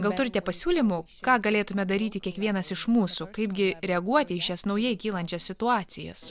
gal turite pasiūlymų ką galėtume daryti kiekvienas iš mūsų kaipgi reaguoti į šias naujai kylančias situacijas